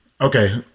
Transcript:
okay